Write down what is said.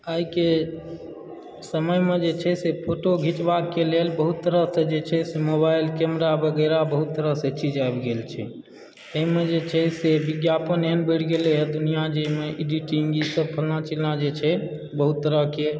आइके समयमे जे छै से फोटो घिचबाके लेल बहुत तरहसऽ जे छै से मोबाइल कैमरा वगैरह बहुत तरहसे चीज आबि गेल छै एइमे जे छै से विज्ञापन एहन बढ़ि गेलै हँ दुनिया जैमे एडिटिङ्ग ई सब फल्लाँ चिल्लाँ जे छै बहुत तरहके